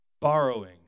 Borrowing